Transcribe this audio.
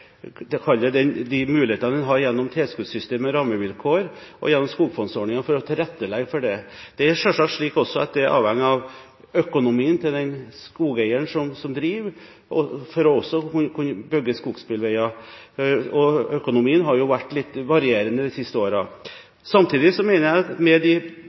de mulighetene en har gjennom tilskuddssystemet, gjennom rammevilkår og gjennom skogfondsordningen for å legge til rette for dette. Det er selvsagt også slik at det å kunne bygge skogsbilveier avhenger av økonomien til den skogeieren som driver, og økonomien har jo vært litt varierende de siste årene. Samtidig mener jeg at med de